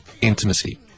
intimacy